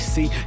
See